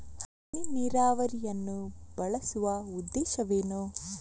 ಹನಿ ನೀರಾವರಿಯನ್ನು ಬಳಸುವ ಉದ್ದೇಶವೇನು?